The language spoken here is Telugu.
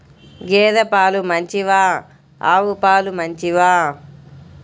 గేద పాలు మంచివా ఆవు పాలు మంచివా?